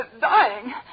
dying